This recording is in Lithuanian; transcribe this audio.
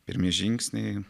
pirmi žingsniai